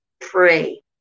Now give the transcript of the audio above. pray